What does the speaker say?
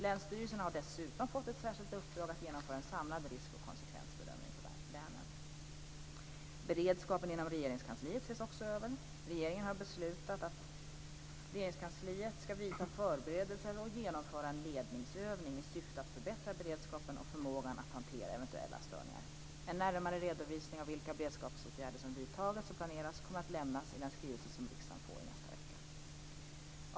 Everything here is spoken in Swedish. Länsstyrelserna har dessutom fått ett särskilt uppdrag att genomföra en samlad risk och konsekvensbedömning för länet. Beredskapen inom Regeringskansliet ses också över. Regeringen har beslutat att Regeringskansliet skall vidta förberedelser och genomföra en ledningsövning i syfte att förbättra beredskapen och förmågan att hantera eventuella störningar. En närmare redovisning av vilka beredskapsåtgärder som vidtagits och planeras kommer att lämnas i den skrivelse som riksdagen får i nästa vecka.